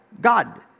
God